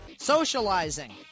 socializing